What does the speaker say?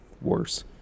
worse